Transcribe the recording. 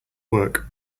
work